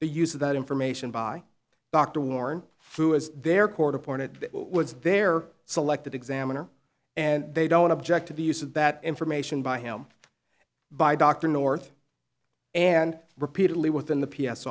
the use of that information by dr worn through as their court appointed was their selected examiner and they don't object to the use of that information by him by dr north and repeatedly within the p